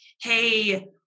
Hey